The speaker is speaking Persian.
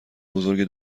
بزرگ